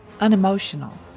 unemotional